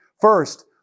First